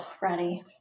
ready